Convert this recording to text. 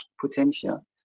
potential